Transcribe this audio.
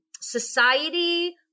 society